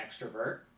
extrovert